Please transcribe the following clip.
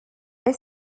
est